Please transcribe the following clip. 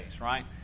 Right